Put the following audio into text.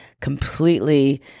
completely